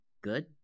good